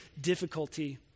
difficulty